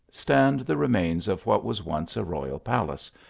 stand the remains of what was once a royal palace,